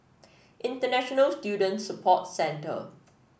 International Student Support Centre